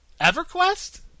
EverQuest